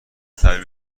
تحویل